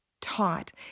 taught